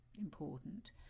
important